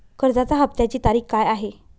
कर्जाचा हफ्त्याची तारीख काय आहे?